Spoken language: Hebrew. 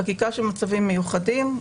חקיקה של מצבים מיוחדים,